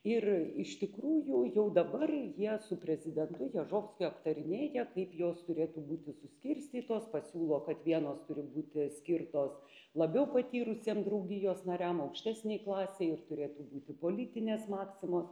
ir iš tikrųjų jau dabar jie su prezidentu ježovskiu aptarinėja kaip jos turėtų būti suskirstytos pasiūlo kad vienos turi būti skirtos labiau patyrusiem draugijos nariam aukštesnei klasei ir turėtų būti politinės maksimos